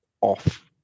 off